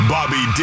Bobby